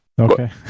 Okay